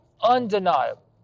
undeniable